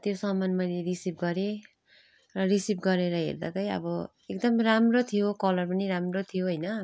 त्यो सामान मैले रिसिभ गरेँ र रिसिभ गरेर हेर्दा चाहिँ अब एकदम राम्रो थियो कलर पनि राम्रो थियो होइन